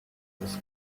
this